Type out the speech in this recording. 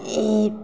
ई